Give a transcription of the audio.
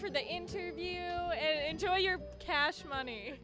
for the interview enjoy your cash money